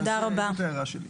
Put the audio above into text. זאת ההערה שלי.